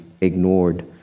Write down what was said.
ignored